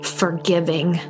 forgiving